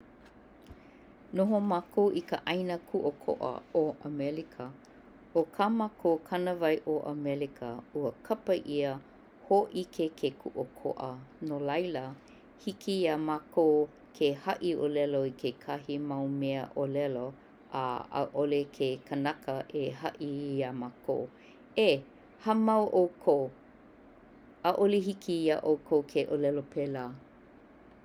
Noho mākou i ka ʻaina kuʻokoʻa o Amelika, o ka mākou kanawai o Amelika ua kapaʻia hōʻike ke kuʻokoʻa no laila hiki iā mākou ke haʻi ʻōlelo i kekahi mau mea ʻōlelo a ʻaʻole ke kanaka e haʻi iā mākou, "E, hāmau ʻoukou, ʻaʻole hiki iā ʻoukou ke ʻōlelo pēlā!"